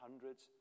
hundreds